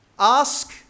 Ask